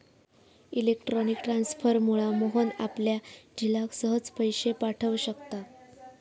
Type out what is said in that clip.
electronic ट्रांसफरमुळा मोहन आपल्या झिलाक सहज पैशे पाठव शकता